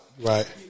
Right